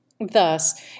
Thus